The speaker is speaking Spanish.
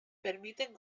permiten